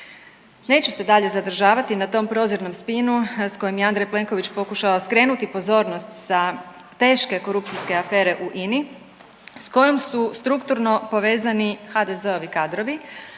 Neću se dalje zadržavati na tom prozirnom spinu s kojim je Andrej Plenković pokušao skrenuti pozornost sa teške korupcijske afere u INA-i s kojom su strukturno povezani HDZ-ovi kadrovi,